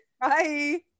Bye